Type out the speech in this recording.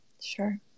Sure